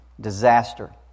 disaster